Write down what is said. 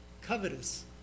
covetous